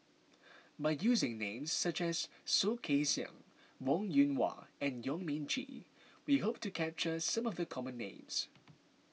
by using names such as Soh Kay Siang Wong Yoon Wah and Yong Mun Chee we hope to capture some of the common names